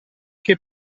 che